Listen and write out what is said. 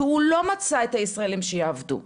שהוא לא מצא את הישראלים שיעבדו,